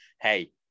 Hey